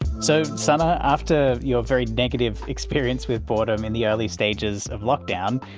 so, sana, after your very negative experience with boredom in the early stages of lockdown,